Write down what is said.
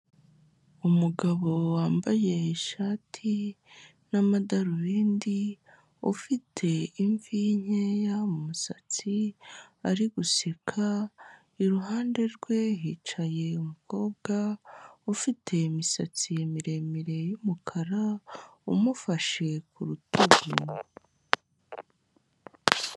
Umugabo wambaye ishati n'amadarubindi, ufite imvi nkeya mu musatsi, ari guseka, iruhande rwe hicaye umukobwa, ufite imisatsi miremire y'umukara, umufashe ku rutugu.